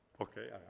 Okay